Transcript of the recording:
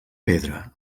pedra